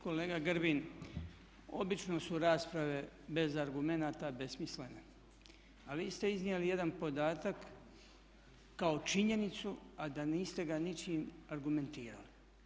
Kolega Grbin, obično su rasprave bez argumenata besmislene, a vi ste iznijeli jedan podatak kao činjenicu a da niste ga ničim argumentirali.